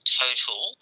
total